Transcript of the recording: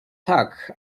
tak